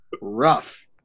rough